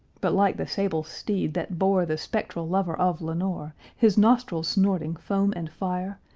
but like the sable steed that bore the spectral lover of lenore, his nostrils snorting foam and fire,